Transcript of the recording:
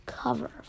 cover